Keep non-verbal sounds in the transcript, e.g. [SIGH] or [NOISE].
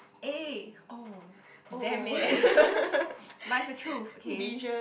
eh oh damn it [LAUGHS] but it's the truth okay